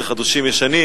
זה חודשים ישנים,